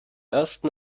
ersten